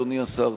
אדוני השר,